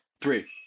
Three